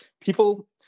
people